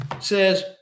says